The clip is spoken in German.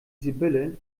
sibylle